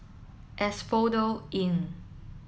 Asphodel Inn